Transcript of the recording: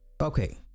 Okay